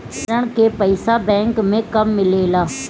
ऋण के पइसा बैंक मे कब मिले ला?